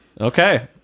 Okay